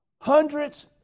Hundreds